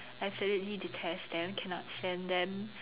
absolutely detest them cannot stand them